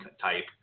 type